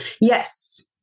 Yes